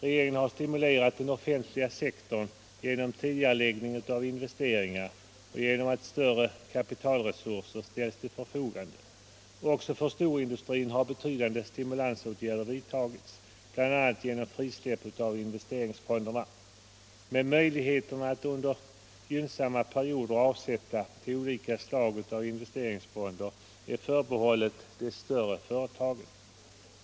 Regeringen har stimulerat den offentliga sektorn genom att tidigarelägga investeringar och genom att ställa större kapitalresurser till förfogande. Också för storindustrin har betydande stimulansåtgärder vidtagits, bl.a. genom frisläpp av investeringsfonderna. Men möjligheten att under gynnsamma perioder avsätta till olika slag av investeringsfonder är förbehållna de större företagen.